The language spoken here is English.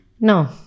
No